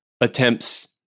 attempts